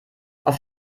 auf